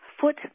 foot